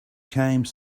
came